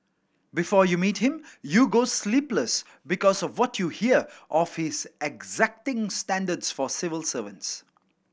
before you meet him you go sleepless because of what you hear of his exacting standards for civil servants